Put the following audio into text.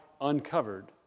uncovered